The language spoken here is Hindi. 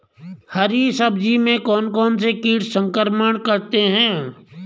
हरी सब्जी में कौन कौन से कीट संक्रमण करते हैं?